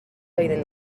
evident